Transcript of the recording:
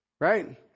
right